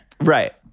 Right